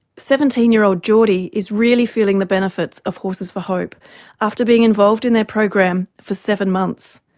seventeen year old jordy is really feeling the benefits of horses for hope after being involved in their program for seven months.